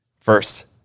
First